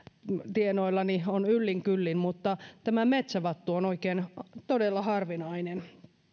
tienoillani on yllin kyllin mutta tämä metsävattu on oikein todella harvinainen